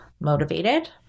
motivated